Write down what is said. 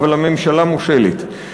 אבל הממשלה מושלת.